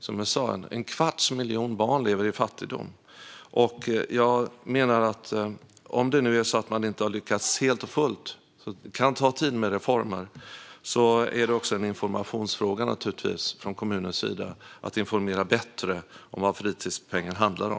Som jag sa lever en kvarts miljon barn i fattigdom. Om det nu är så att man inte har lyckats helt och fullt med detta - det kan ta tid med reformer - handlar detta också om information, att kommunen informerar bättre om vad fritidspengen handlar om.